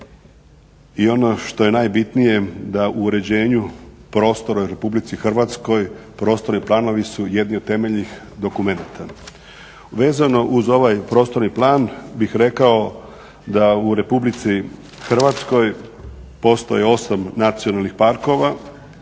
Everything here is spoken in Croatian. i ono što je najbitnije da u uređenju prostora u RH prostorni planovi su jedni od temeljnih dokumenata. Vezano uz ovaj prostorni plan bih rekao da u RH postoje 8 nacionalnih parkova,